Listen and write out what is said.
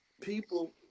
people